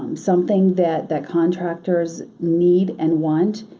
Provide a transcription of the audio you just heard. um something that that contractors need and want,